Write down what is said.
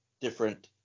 different